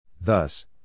Thus